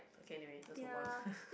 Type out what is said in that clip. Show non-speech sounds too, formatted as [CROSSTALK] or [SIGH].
okay anyway let's move on [LAUGHS]